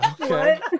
Okay